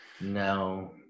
No